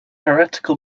heretical